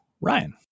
Ryan